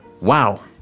Wow